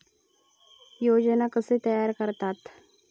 योजना कशे तयार करतात?